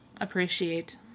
appreciate